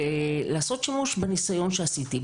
ולעשות שימוש בניסיון שעשיתי,